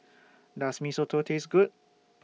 Does Mee Soto Taste Good